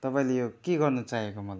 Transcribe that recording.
तपाईँले यो के गर्नु चाहेको मलाई